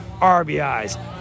RBIs